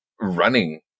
running